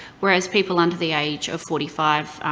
whereas people under the age of forty five,